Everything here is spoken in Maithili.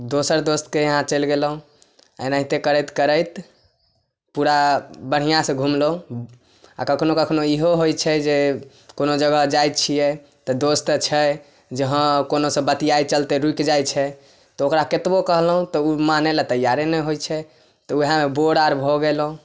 दोसर दोस्तके इहाँ चलि गेलहुँ एनाहिते करैत करैत पूरा बढ़िआँसँ घुमलहुँ आओर कखनो कखनो इहो होइ छै जे कोनो जगह जाइ छियै तऽ दोस्त तऽ छै जे हाँ कोनोसँ बतियाइ चलते रुकि जाइ छै तऽ ओकरा कतबो कहलहुँ तऽ उ मानय लए तैयारे नहि होइ छै तऽ उहेमे बोर आर भऽ गेलहुँ